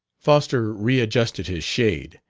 foster readjusted his shade,